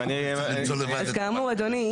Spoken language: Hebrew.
כאמור, אדוני,